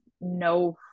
no